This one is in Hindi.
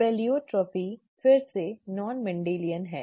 प्लेयोट्रॉपी फिर से नॉन मेंडेलियन है